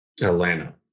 Atlanta